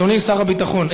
אדוני שר הביטחון,